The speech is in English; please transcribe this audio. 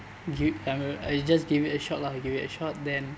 give it I uh I just give it a shot lah give it a shot then